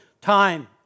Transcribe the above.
time